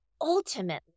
Ultimately